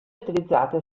utilizzate